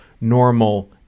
normal